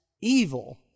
evil